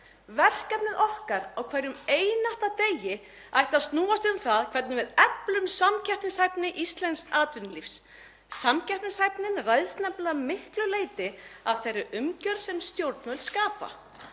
Verkefnið okkar á hverjum einasta degi ætti að snúast um það hvernig við eflum samkeppnishæfni íslensks atvinnulífs. Samkeppnishæfnin ræðst nefnilega að miklu leyti af þeirri umgjörð sem stjórnvöld skapa.